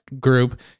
group